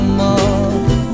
more